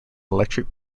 electric